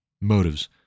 motives